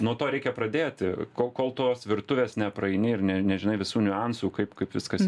nuo to reikia pradėti kol kol tos virtuvės nepraeini ir ne nežinai visų niuansų kaip kaip viskas